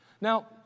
Now